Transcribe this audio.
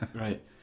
right